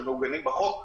שמעוגנים בחוק,